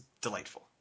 delightful